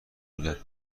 میرفت